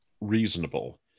reasonable